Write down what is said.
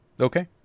Okay